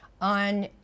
on